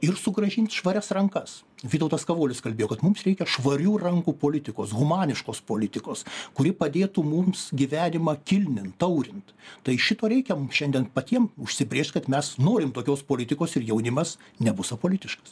ir sugrąžint švarias rankas vytautas kavolis kalbėjo kad mums reikia švarių rankų politikos humaniškos politikos kuri padėtų mums gyvenimą kilnint taurint tai šito reikia mum šiandien patiem užsibrėžt kad mes norim tokios politikos ir jaunimas nebus apolitiškas